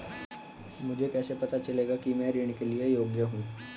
मुझे कैसे पता चलेगा कि मैं ऋण के लिए योग्य हूँ?